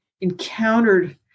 encountered